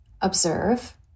observe